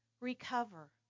recover